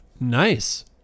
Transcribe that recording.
Nice